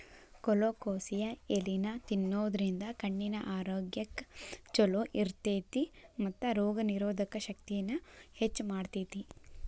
colocasia ಎಲಿನಾ ತಿನ್ನೋದ್ರಿಂದ ಕಣ್ಣಿನ ಆರೋಗ್ಯ್ ಚೊಲೋ ಇರ್ತೇತಿ ಮತ್ತ ರೋಗನಿರೋಧಕ ಶಕ್ತಿನ ಹೆಚ್ಚ್ ಮಾಡ್ತೆತಿ